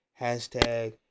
hashtag